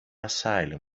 asylum